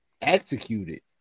executed